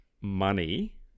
money